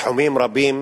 בתחומים רבים,